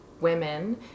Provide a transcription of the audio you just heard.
women